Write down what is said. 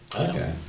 Okay